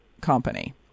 company